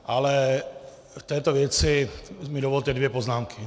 Ale v této věci mi dovolte dvě poznámky.